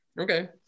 Okay